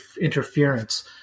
interference